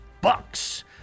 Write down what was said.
Bucks